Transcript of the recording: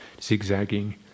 zigzagging